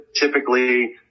Typically